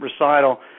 recital